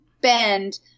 bend